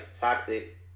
toxic